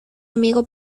amigo